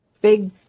big